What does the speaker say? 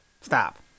Stop